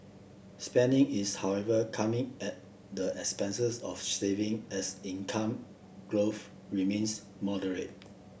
spending is however coming at the expenses of saving as income growth remains moderate